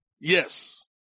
Yes